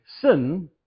sin